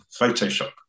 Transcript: Photoshop